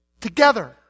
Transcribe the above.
together